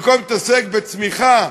במקום להתעסק בצמיחה,